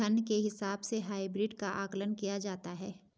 धन के हिसाब से हाइब्रिड का आकलन किया जाता है